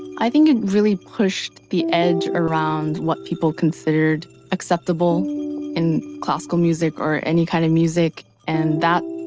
i think it really pushed the edge around what people considered acceptable in classical music or any kind of music and that,